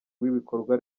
w’ibikorwa